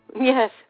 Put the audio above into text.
Yes